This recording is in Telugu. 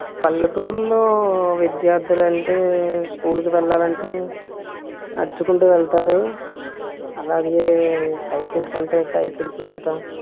పల్లెటూరులో విద్యార్థులంటే స్కూల్కి వెళ్ళాలంటే నడుచుకుంటూ వెళ్తారు అలాగే సైకిల్స్ ఉంటాయి సైకిల్స్ మీద